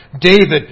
David